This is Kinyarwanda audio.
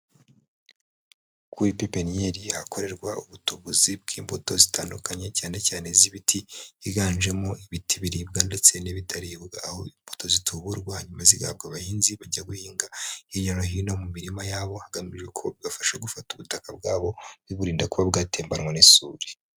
Kuri pipininiyeri hakorerwa ubutubuzi bw'imbuto zitandukanye cyane cyane iz'ibiti higanjemo ibiti biribwa ndetse n'ibitaribwa, aho imbuto zituburwa hanyuma zigahabwa abahinzi bajya guhinga hirya no hino mu mirima yabo hagamijwe ko bibafasha gufata ubutaka bwabo biburinda kuba bwatembanwa n'isuri.